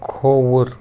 کھووُر